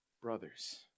brothers